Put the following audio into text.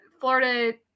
Florida